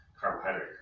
carbohydrate